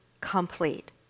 complete